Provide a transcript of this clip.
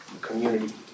community